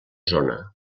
zona